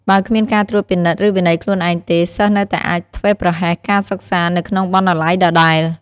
បើគ្មានការត្រួតពិនិត្យ ឬវិន័យខ្លួនឯងទេ សិស្សនៅតែអាចធ្វេសប្រហែសការសិក្សានៅក្នុងបណ្ណាល័យដដែល។